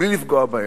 בלי לפגוע בהם.